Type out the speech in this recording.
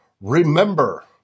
remember